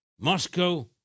Moscow